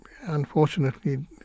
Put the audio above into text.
unfortunately